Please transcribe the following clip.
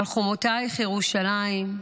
"על חומותייך, ירושלים,